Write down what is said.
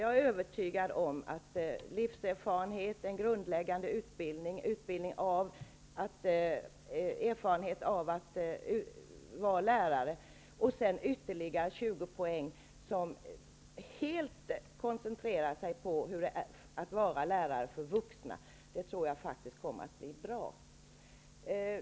Jag är övertygad om att livserfarenhet, en grundläggande utbildning och erfarenhet av att vara lärare och dessutom ytterligare 20 poäng som helt koncentreras på hur det är att vara lärare för vuxna kommer att bli bra.